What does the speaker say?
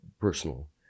personal